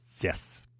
Yes